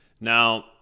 Now